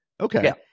Okay